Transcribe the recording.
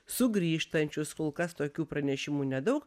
sugrįžtančius kol kas tokių pranešimų nedaug